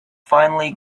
finally